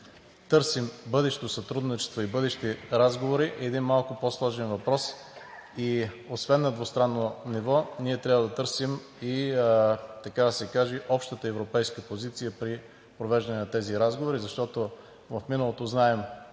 търсим бъдещо сътрудничество и бъдещи разговори, е един малко по-сложен въпрос и освен на двустранно ниво, ние трябва да търсим и общата европейска позиция при провеждане на тези разговори, защото от миналото знаем